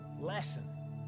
lesson